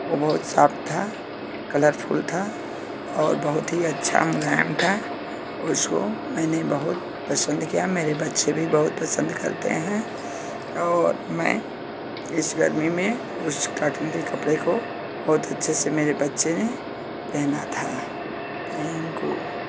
वो बहुत साफ़ था कलरफुल था और बहुत ही अच्छा मुलायम था उसको मैंने बहुत पशंद किया मेरे बच्चे भी बहुत पसंद करते हैं और मैं इस गर्मी में उस काटन के कपड़े को बहुत अच्छे से मेरे बच्चे ने पहना था थैंकू